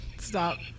Stop